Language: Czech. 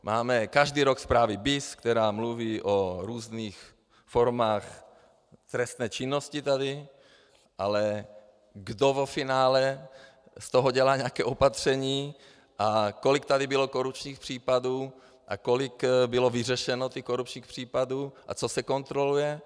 Máme každý rok zprávy BIS, která mluví o různých formách trestné činnosti, ale kdo ve finále z toho dělá nějaké opatření a kolik tady bylo korupčních případů a kolik bylo vyřešeno korupčních případů a co se kontroluje...